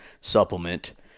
supplement